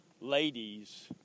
ladies